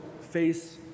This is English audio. face